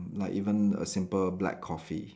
like even a simple black coffee